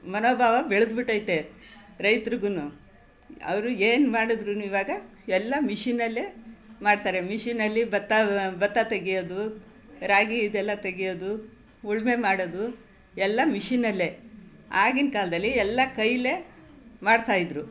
ಮನೋಭಾವ ಬೆಳೆದು ಬಿಟ್ಟೈತೆ ರೈತ್ರಿಗೂನು ಅವ್ರಿಗೇನು ಮಾಡಿದ್ರೂನು ಇವಾಗ ಎಲ್ಲ ಮಿಷಿನಲ್ಲೇ ಮಾಡ್ತಾರೆ ಮಿಷಿನಲ್ಲಿ ಭತ್ತ ಭತ್ತ ತೆಗೆಯೋದು ರಾಗಿ ಇದೆಲ್ಲ ತೆಗೆಯೋದು ಉಳುಮೆ ಮಾಡೋದು ಎಲ್ಲ ಮಿಷಿನಲ್ಲೇ ಆಗಿನ ಕಾಲದಲ್ಲಿ ಎಲ್ಲ ಕೈಯ್ಯಲ್ಲೇ ಮಾಡ್ತಾಯಿದ್ದರು